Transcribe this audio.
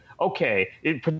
Okay